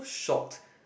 shot